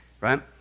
Right